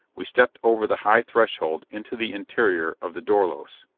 we stepped over the high threshold into the interior of the dorlos.